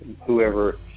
whoever